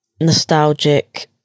nostalgic